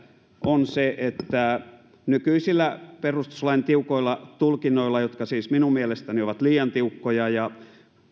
on se että nykyisillä perustuslain tiukoilla tulkinnoilla jotka siis minun mielestäni ovat liian tiukkoja